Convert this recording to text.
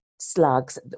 slugs